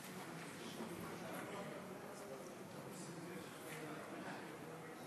ההצעה להעביר את הנושא לוועדת העבודה,